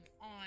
on